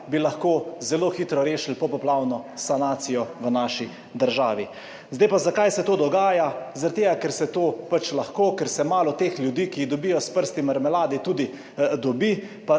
bi lahko zelo hitro rešili popoplavno sanacijo v naši državi. Zdaj pa, zakaj se to dogaja? Zaradi tega, ker se to pač lahko, ker se malo teh ljudi, ki dobijo s prsti marmelade, tudi dobi,